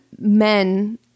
Men